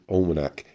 Almanac